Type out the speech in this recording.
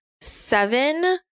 seven